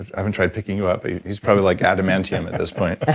i haven't tried picking you up, but he's probably like adam mentium at this point